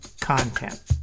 content